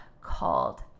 called